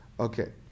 Okay